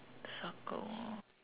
circle